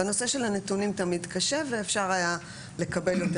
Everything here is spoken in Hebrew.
בנושא של הנתונים תמיד קשה ואפשר היה לקבל יותר.